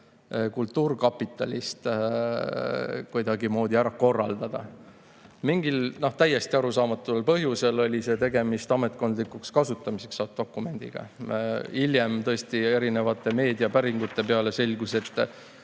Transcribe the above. kultuurkapitalist kuidagimoodi ära korraldada. Mingil täiesti arusaamatul põhjusel oli tegemist ametkondlikuks kasutamiseks mõeldud dokumendiga. Hiljem erinevate meediapäringute peale selgus, et